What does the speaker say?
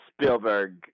Spielberg